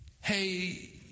hey